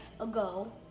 ago